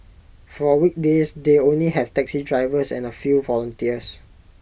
for weekdays they only have taxi drivers and A few volunteers